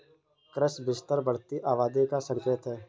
कृषि विस्तार बढ़ती आबादी का संकेत हैं